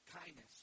kindness